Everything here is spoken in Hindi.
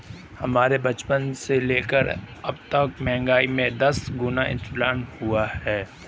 हमारे बचपन से लेकर अबतक महंगाई में दस गुना इजाफा हुआ है